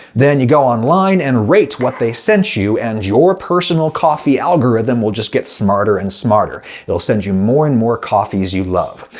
then you go online and rate what they sent you, and your personal coffee algorithm will just get smarter and smarter. it'll send you more and more coffees you love.